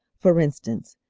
for instance,